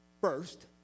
first